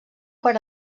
per